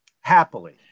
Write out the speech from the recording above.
Happily